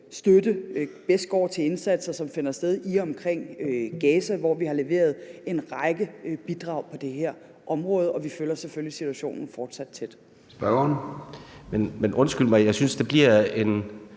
bedst går til indsatser, som finder sted i og omkring Gaza, hvor vi har leveret en række bidrag på det her område. Og vi følger selvfølgelig situationen fortsat tæt.